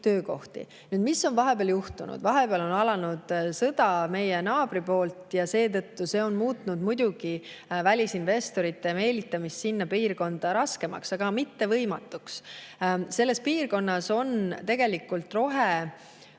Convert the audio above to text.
Mis on vahepeal juhtunud? Vahepeal on alanud meie naabri alustatud sõda ja see on muutnud muidugi välisinvestorite meelitamise sinna piirkonda raskemaks, aga mitte võimatuks. Selles piirkonnas on tegelikult rohepöörde